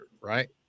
right